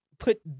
Put